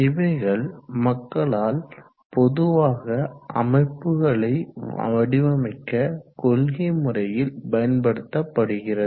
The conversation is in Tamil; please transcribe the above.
இவைகள் மக்களால் பொதுவாக அமைப்புகளை வடிவமைக்க கொள்கை முறையில் பயன்படுத்தப்படுகிறது